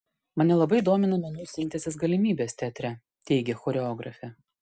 mane labai domina menų sintezės galimybės teatre teigia choreografė